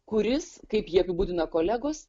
kuris kaip jį apibūdina kolegos